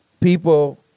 people